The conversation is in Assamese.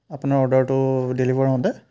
আপোনাৰ অৰ্ডাৰটো ডেলিভাৰ হওঁতে